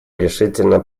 решительно